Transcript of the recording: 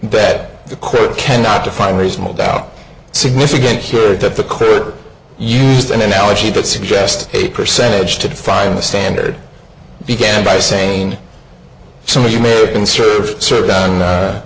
that the court cannot define reasonable doubt significant here that the clerk used an analogy that suggest a percentage to define a standard began by saying somebody may conserve served on a